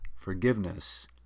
Forgiveness